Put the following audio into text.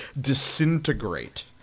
disintegrate